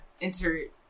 insert